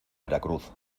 veracruz